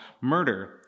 murder